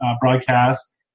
broadcast